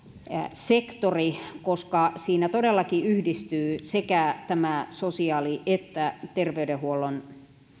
sektori koska siinä todellakin yhdistyvät sekä sosiaali että terveydenhuollon